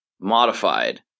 modified